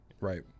Right